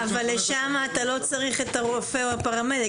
אבל לשם אתה לא צריך את הרופא או הפרמדיק,